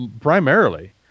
primarily